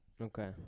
Okay